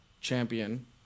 champion